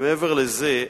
מעבר לזה,